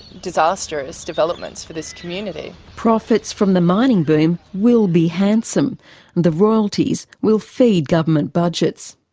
disastrous developments for this community. profits from the mining boom will be handsome and the royalties will feed government budgets.